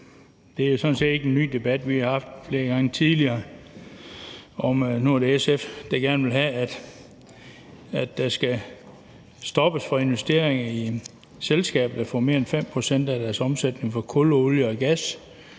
er det sådan set ikke en ny debat, for vi har jo haft den flere gange tidligere. Nu er det SF, der gerne vil have, at der skal stoppes for investeringer i selskaber, der får mere end 5 pct. af deres omsætning fra kul, olie og gas,